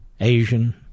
Asian